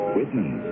Whitman